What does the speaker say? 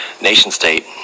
nation-state